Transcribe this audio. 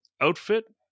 outfit